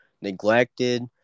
neglected